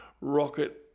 rocket